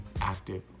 active